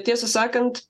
tiesą sakant